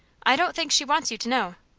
i don't think she wants you to know.